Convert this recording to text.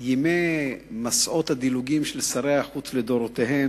ימי מסעות הדילוגים של שרי החוץ לדורותיהם